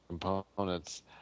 components